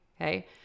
okay